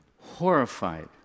Horrified